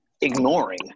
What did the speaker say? ignoring